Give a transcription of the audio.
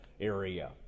area